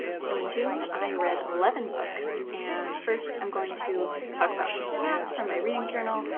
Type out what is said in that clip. so in june, i read eleven books. and first, i'm going to talk about some stats from my reading journal,